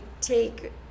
Take